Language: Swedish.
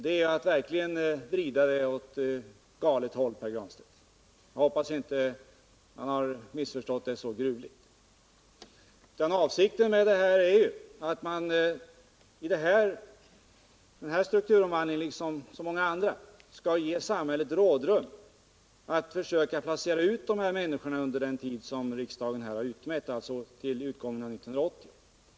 Det är verkligen att vrida det hela åt galet håll, Pär Granstedt. Jag hoppas att han inte har missförstått projektet så gruvligt. Avsikten är givetvis att man vid den här strukturomvandlingen, liksom vid så många andra, skall ge samhället rådrum att försöka hinna placera ut människorna under den tid som riksdagen har utmätt, alltså fram till utgången av 1980.